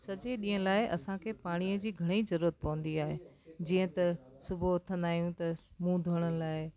सॼे ॾींहं लाइ असांखे पाणीअ जी घणी ज़रूरुत पवंदी आहे जीअं त सुबुहु उथंदा आहियूं त मुंहुं धोइण लाइ